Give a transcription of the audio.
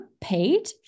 paid